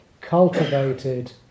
cultivated